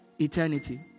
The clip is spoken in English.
eternity